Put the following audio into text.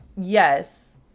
Yes